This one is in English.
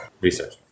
Research